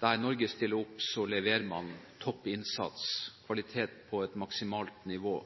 der Norge stiller opp, leverer man topp innsats, kvalitet på et maksimalt nivå,